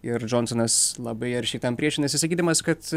ir džonsonas labai aršiai tam priešinasi sakydamas kad